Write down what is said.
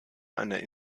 einer